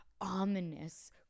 ominous